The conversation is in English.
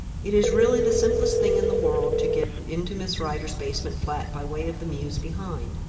it is really the simplest thing in the world to get into miss rider's basement flat by way of the mews behind.